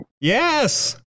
Yes